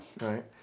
Right